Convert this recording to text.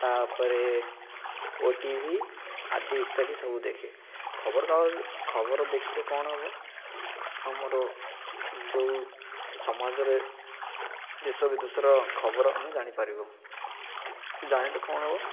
ତା'ପରେ ଓ T V ଆଦି ଇତ୍ୟାଦି ସବୁ ଦେଖେ ଖବର କାଗଜ ଖବର ଦେଖିଲେ କ'ଣ ହବ ଆମର ଯେଉଁ ସମାଜରେ ଦେଶ ବିଦେଶର ଖବର ଆମେ ଜାଣିପାରିବୁ ଜାଣିଲେ କ'ଣ ହବ